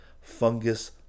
fungus